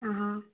हाँ